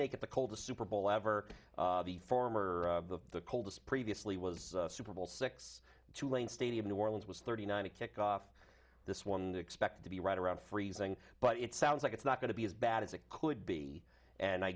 make it the coldest super bowl ever the former the coldest previously was super bowl six tulane stadium new orleans was thirty nine to kick off this one expected to be right around freezing but it sounds like it's not going to be as bad as it could be and i